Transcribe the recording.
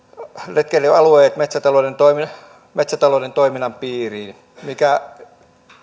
retkeilyalueet metsätalouden toiminnan piiriin mikä